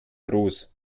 groß